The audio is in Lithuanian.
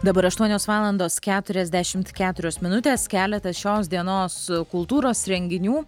dabar aštuonios valandos keturiasdešimt keturios minutės keletas šios dienos kultūros renginių